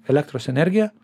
elektros energija